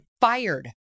fired